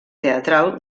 teatral